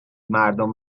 مردم